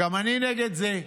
גם אני נגד זה.